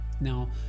Now